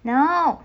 no